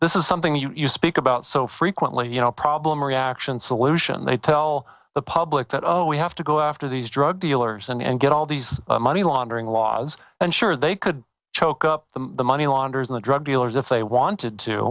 this is something you speak about so frequently you know problem reaction solution they tell the public that oh we have to go after these drug dealers and get all these money laundering laws and sure they could choke up the money launderers in the drug dealers if they wanted to